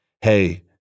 hey